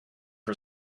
for